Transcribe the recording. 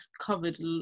covered